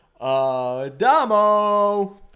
Damo